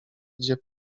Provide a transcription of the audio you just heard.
gdzie